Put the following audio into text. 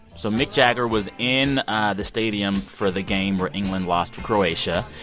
so mick jagger was in the stadium for the game where england lost to croatia.